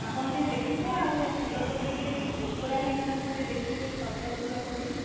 ଆପଣ ଟିକିଏ ଦେଖିବେ ଆଉ ଫୁଲକୋବିଟା ଟିକିଏ ପୋକରା ହେଇନଥିବ ଟିକିଏ ଦେଖିବେ ସଜ ଫୁଲକୋବି